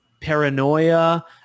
paranoia